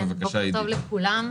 שנה טובה.